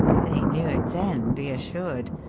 they knew it then, be assured,